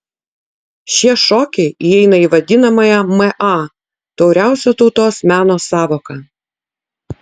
šie šokiai įeina į vadinamąją ma tauriausio tautos meno sąvoką